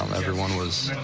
um everyone was